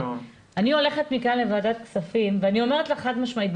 אני הולכת מכאן לוועדת כספים ואני אומרת חד משמעית,